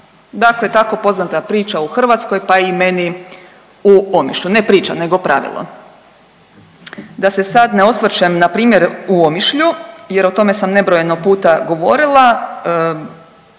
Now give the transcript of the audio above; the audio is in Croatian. dakle tako poznata priča u Hrvatskoj, pa i meni u Omišlja, ne priča nego pravilo. Da se sad ne osvrćem na primjer u Omišlju jer o tome sam nebrojeno puta govorila,